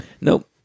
Nope